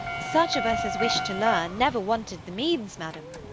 such of us as wished to learn, never wanted the means, madam.